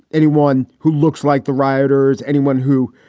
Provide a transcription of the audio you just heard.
anyone who looks like the rioters. anyone who.